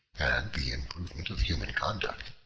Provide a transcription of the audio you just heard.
and the improvement of human conduct,